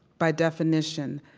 by definition,